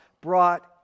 brought